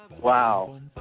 Wow